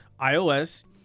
iOS